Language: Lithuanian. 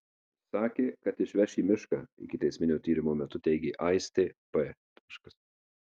sakė kad išveš į mišką ikiteisminio tyrimo metu teigė aistė p